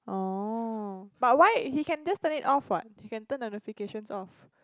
orh but why he can just turn it off what he can turn notifications off